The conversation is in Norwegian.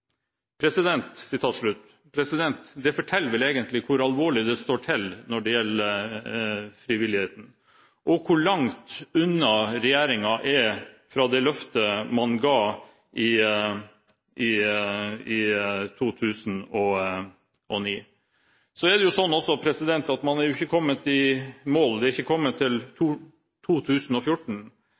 Det forteller vel egentlig hvor alvorlig det står til når det gjelder frivilligheten, og hvor langt unna regjeringen er fra det løftet man ga i 2009. Så har man jo ikke kommet i mål, man har ikke kommet til 2014. Men det som er ganske klart, er at det fra denne regjeringen er varslet at de